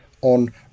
on